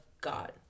God